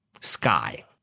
sky